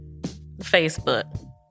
Facebook